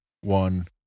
one